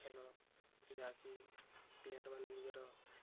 ଖେଳ ଯାହାକି ପ୍ଲେୟାର୍ ମାନେ ନିଜର